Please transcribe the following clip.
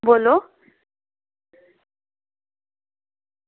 बोलो